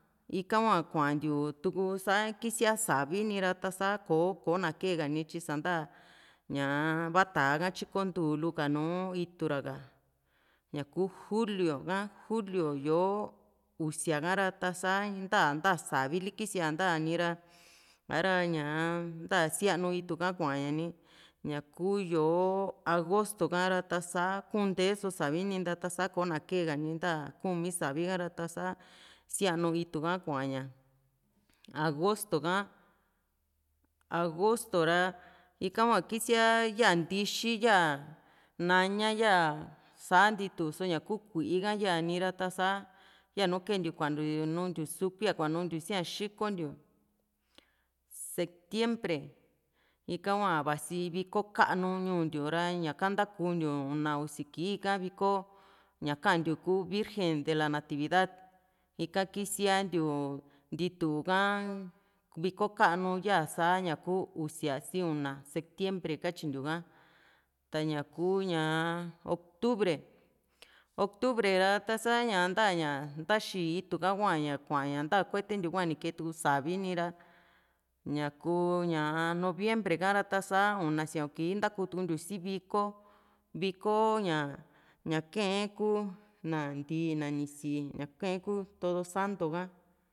ika hua kuantiu tuku sa kisia savi nira sa kò´o kò´o nakee kanityi san´ta ñaa ivaa tá´a ka tyikontu lika nùù itu ra ka ñaku julio ka julio yó´o usia ka ra ta´sa nta san´ta savili kisia san´ta nira a´ra ñaa nta sianu itu kuaña ni ñakuu yó´o agosto ka ra ta sa kuun nteeso savi ni ntaa ta´sa koona kee kani nta kuumi savi kara ta sa sianu itu kakuaña agosto ka agosto ra ika hua kisia ya ntixi yaa naña yaa sa ntituso ña ku kuí´i ha yani ra tasa yanu kee ntiu kuantiu nuntiu sukuilla kuanuntiu sia xikontiu septiembre ika hua vasi viko ka´nu ñuu ntiu ra ñaka ntakuntiu una usi kii ika kii viko ña kantiu kuu virgen de la natividad ika kisiantiu ntituka viko ka´nu yaa sa ña ku usia si una septiembre katyintiu ka taña kuu ñaa octubre octubre ra ta´sa ña nta ña ntaxii iktu ka kuaña nta kuetentiu kua nii kee tuu savi nira ñaku ña noviembre ka ra ta´sa una sia´un kii ntautukuntiu si viko viko ña ña kae kuu na ndíí na ni sii ña kae kuu todosanto ka